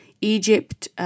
Egypt